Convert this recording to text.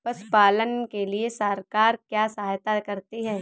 पशु पालन के लिए सरकार क्या सहायता करती है?